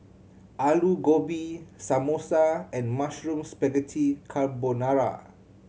Alu Gobi Samosa and Mushroom Spaghetti Carbonara